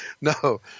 no